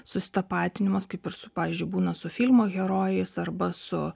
susitapatinimas kaip ir su pavyzdžiui būna su filmo herojais arba su